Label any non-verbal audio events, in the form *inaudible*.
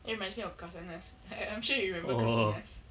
it reminds me of kasanaz *laughs* I'm sure you remember kasanaz